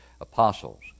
apostles